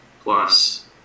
plus